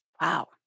Wow